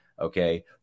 okay